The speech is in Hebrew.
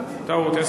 טעות.